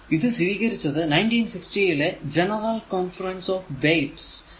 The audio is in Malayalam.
ഇത് സ്വീകരിച്ചത് 1960 ലെ ജനറൽ കോൺഫറൻസ് ഓൺ വെയിറ്റ്സ് ൽ ആണ്